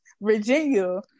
Virginia